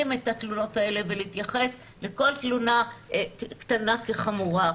את התלונות האלה ולהתייחס לכל תלונה קטנה כחמורה.